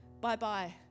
bye-bye